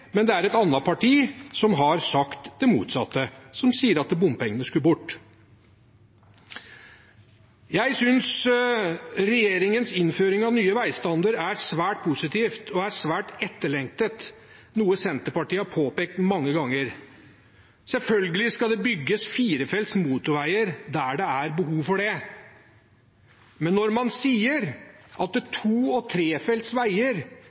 men det er et annet parti som har sagt det motsatte, som har sagt at bompengene skulle bort. Jeg synes regjeringens innføring av nye veistandarder er svært positivt, og det er svært etterlengtet, noe Senterpartiet har påpekt mange ganger. Selvfølgelig skal det bygges firefelts motorveier der det er behov for det, men når man sier at